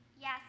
Yes